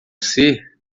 ser